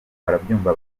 barabyumva